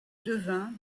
devin